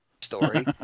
story